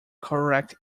correct